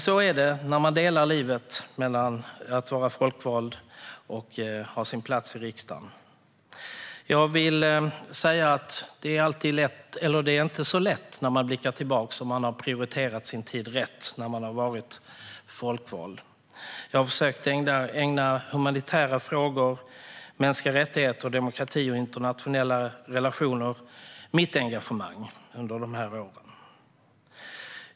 Så är det när man delar livet mellan familjen och att vara folkvald och ha sin plats i riksdagen. När man blickar tillbaka är det inte så lätt att veta om man har prioriterat sin tid rätt som folkvald. Själv har jag försökt att ägna humanitära frågor, mänskliga rättigheter, demokrati och internationella relationer mitt engagemang under dessa år.